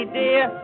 dear